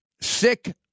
Sick